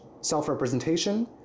self-representation